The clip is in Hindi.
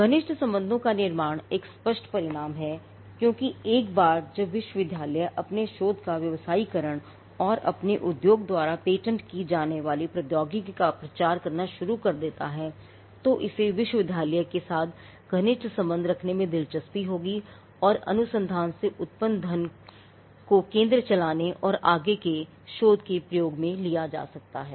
घनिष्ठ संबंधों का निर्माण एक स्पष्ट परिणाम है क्योंकि एक बार जब विश्वविद्यालय अपने शोध का व्यवसायीकरण और अपने उद्योग द्वारा पेटेंट की जाने वाली प्रौद्योगिकी का प्रचार करना शुरू कर देता हैतो इसे विश्वविद्यालय के साथ घनिष्ठ संबंध रखने में दिलचस्पी होगी और अनुसंधान से उत्पन्न धन को केंद्र चलाने में और आगे के शोध में भी प्रयोग में लिया जा सकता है